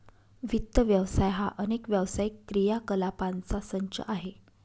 वित्त व्यवसाय हा अनेक व्यावसायिक क्रियाकलापांचा संच आहे